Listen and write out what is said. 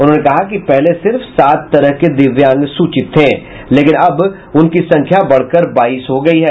उन्होंने कहा कि पहले सिर्फ सात तरह के दिव्यांग सूचित थे लेकिन अब उनकी संख्या बढ़कर बाईस हो गयी है